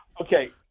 Okay